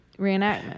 reenactment